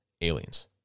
aliens